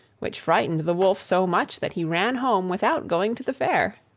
which frightened the wolf so much that he ran home without going to the fair.